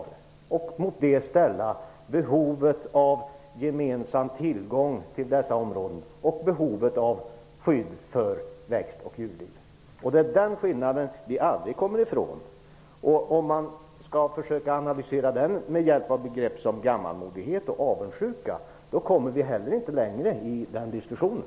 Mot detta måste vi ställa behovet av gemensam tillgång till dessa områden och behovet av skydd för växt och djurliv. Det är den skillnaden vi aldrig kommer ifrån. Om man skall försöka att analysera den med hjälp av begrepp som gammalmodighet och avundsjuka kommer vi inte heller längre i den diskussionen.